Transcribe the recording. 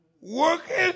working